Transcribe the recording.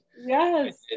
Yes